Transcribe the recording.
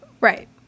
Right